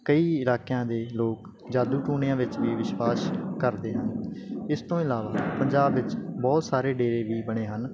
ਕਈ ਇਲਾਕਿਆਂ ਦੇ ਲੋਕ ਜਾਦੂ ਟੂਣਿਆਂ ਵਿੱਚ ਵੀ ਵਿਸ਼ਵਾਸ ਕਰਦੇ ਆ ਇਸ ਤੋਂ ਇਲਾਵਾ ਪੰਜਾਬ ਵਿੱਚ ਬਹੁਤ ਸਾਰੇ ਡੇਰੇ ਵੀ ਬਣੇ ਹਨ